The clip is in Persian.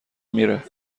میره